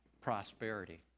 prosperity